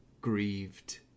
grieved